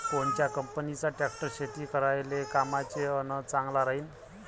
कोनच्या कंपनीचा ट्रॅक्टर शेती करायले कामाचे अन चांगला राहीनं?